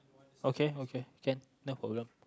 okay okay ya no problem